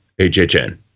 HHN